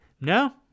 No